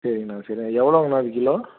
சரிண்ணா சரிண்ணா எவ்வளோங்கண்ணா அது கிலோ